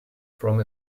from